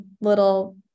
little